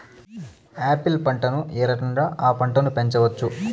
Apple పంటను ఏ రకంగా అ పంట ను పెంచవచ్చు?